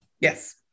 Yes